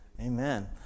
Amen